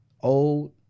old